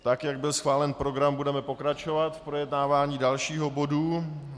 Tak jak byl schválen program, budeme pokračovat v projednávání dalšího bodu.